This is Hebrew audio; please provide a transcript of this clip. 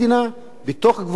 בתוך גבולות המדינה.